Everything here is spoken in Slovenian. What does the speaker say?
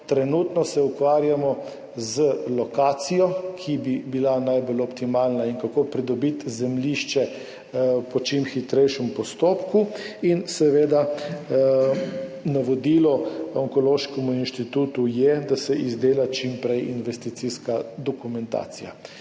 trenutno se ukvarjamo z lokacijo, ki bi bila najbolj optimalna, in kako pridobiti zemljišče po čim hitrejšem postopku. Navodilo Onkološkemu inštitutu je, da se čim prej izdela investicijska dokumentacija.